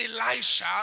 Elisha